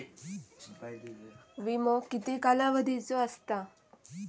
विमो किती कालावधीचो असता?